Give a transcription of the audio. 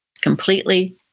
completely